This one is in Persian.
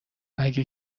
اگه